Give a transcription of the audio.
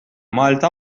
malta